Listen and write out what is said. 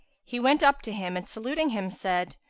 he went up to him and saluting him said,